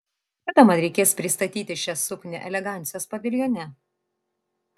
kada man reikės pristatyti šią suknią elegancijos paviljone